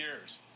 years